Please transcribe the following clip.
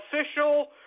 official